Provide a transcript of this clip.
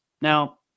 now